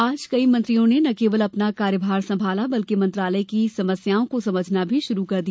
आज कई मंत्रियों ने न केवल अपना कार्यभार संभाला बल्कि मंत्रालय की समस्याओं को समझना भी शुरू कर दिया